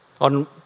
On